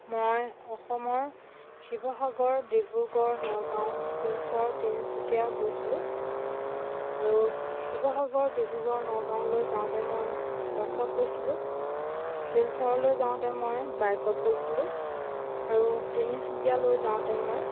মই অসমৰ শিৱসাগৰ ডিব্ৰুগড় নগাঁও শ্বিলচৰ তিনিচুকীয়া গৈছিলোঁ আৰু শিৱসাগৰ ডিব্ৰুগড় নগাঁওলৈ যাওঁতে মই বাছত গৈছিলোঁ শ্বিলচৰলৈ যাওঁতে মই বাইকত গৈছিলোঁ আৰু তিনিচুকীয়ালৈ যাওঁতে মই